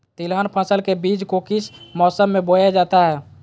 तिलहन फसल के बीज को किस मौसम में बोया जाता है?